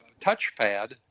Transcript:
touchpad